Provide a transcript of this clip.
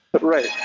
right